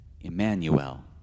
Emmanuel